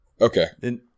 Okay